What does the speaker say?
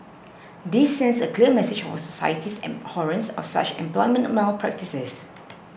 this sends a clear message of our society's abhorrence of such employment malpractices